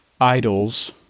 idols